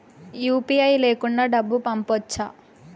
UPI లేకుండా డబ్బు పంపొచ్చా